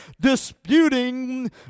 disputing